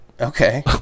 Okay